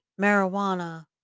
marijuana